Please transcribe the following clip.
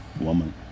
woman